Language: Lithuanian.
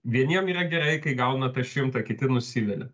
vieniem yra gerai kai gauna tą šimtą kiti nusivilia